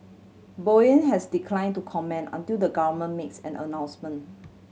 Boeing has declined to comment until the government makes an announcement